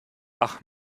ach